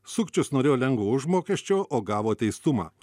sukčius norėjo lengvo užmokesčio o gavo teistumą